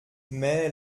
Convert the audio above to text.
mais